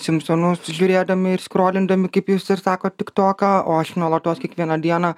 simpsonus žiūrėdami ir skrolindami kaip jūs ir sakot tiktoką o aš nuolatos kiekvieną dieną